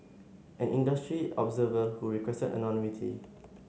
an industry observer who requested anonymity